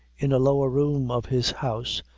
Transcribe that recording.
in a lower room of his house,